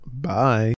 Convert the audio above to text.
Bye